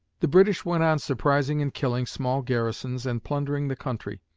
the british went on surprising and killing small garrisons and plundering the country.